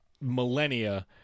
millennia